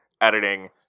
Editing